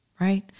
right